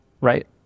right